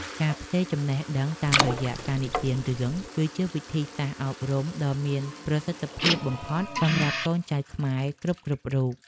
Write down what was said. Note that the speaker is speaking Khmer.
ការផ្ទេរចំណេះដឹងតាមរយៈការនិទានរឿង គឺជាវិធីសាស្ត្រអប់រំដ៏មានប្រសិទ្ធភាពបំផុតសម្រាប់កូនចៅខ្មែរគ្រប់ៗរូប។